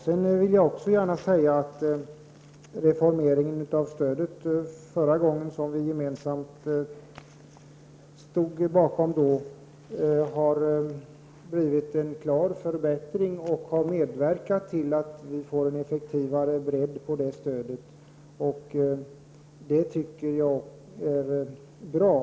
Sedan vill jag gärna säga att reformeringen av stödet förra gången, som vi gemensamt stod bakom, har medverkat till att det blivit en klar förbättring. Det tycker jag är bra.